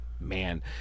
Man